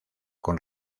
con